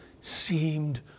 seemed